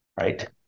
right